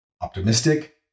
optimistic